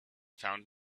found